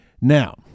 Now